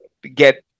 get